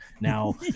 Now